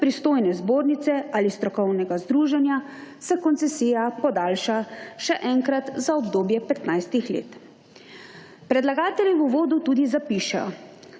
pristojne zbornice ali strokovnega združenja, se koncesija podaljša še enkrat za obdobje 15. let. Predlagatelj v uvodu tudi zapiše,